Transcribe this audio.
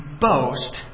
boast